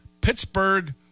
Pittsburgh